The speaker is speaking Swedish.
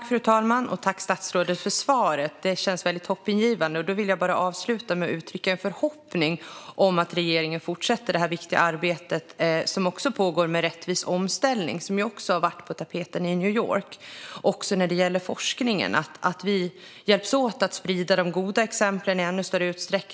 Fru talman! Tack, statsrådet, för svaret! Det känns väldigt hoppingivande. Jag vill avsluta med att uttrycka en förhoppning om att regeringen fortsätter det viktiga arbete som pågår med rättvis omställning, som också har varit på tapeten i New York. Det gäller forskningen och att vi hjälps åt att sprida de goda exemplen i ännu större utsträckning.